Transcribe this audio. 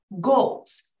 goals